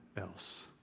else